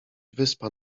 wyspa